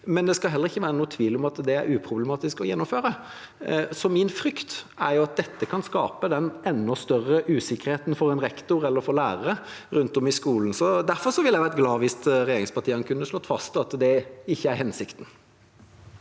Men det skal heller ikke være noen tvil om at det er uproblematisk å gjennomføre det. Min frykt er at dette kan skape en enda større usikkerhet for rektorer og lærere rundt omkring i skolen. Derfor hadde jeg vært glad hvis regjeringspartiene kunne slått fast at det ikke er hensikten.